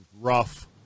Rough